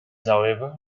however